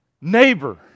Neighbor